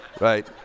right